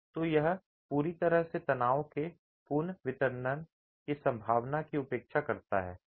तो यह पूरी तरह से तनाव के पुनर्वितरण की संभावना की उपेक्षा करता है